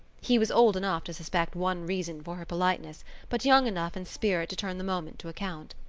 he was old enough to suspect one reason for her politeness but young enough in spirit to turn the moment to account.